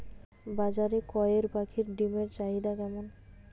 বাজারে কয়ের পাখীর ডিমের চাহিদা কেমন?